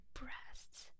breasts